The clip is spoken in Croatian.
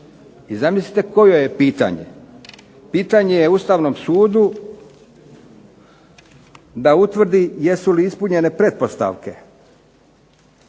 I zamislite koje je pitanje? Pitanje je Ustavnom sudu da utvrdi jesu li ispunjene pretpostavke,